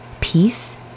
peace